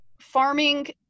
farming